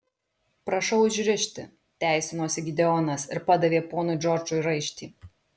prašau užrišti teisinosi gideonas ir padavė ponui džordžui raištį